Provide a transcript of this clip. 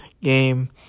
game